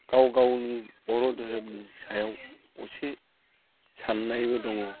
गाव गावनि बर' धोरोमनि सायाव असे साननायबो दङ